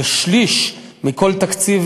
ושליש מכל תקציב